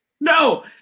No